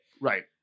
right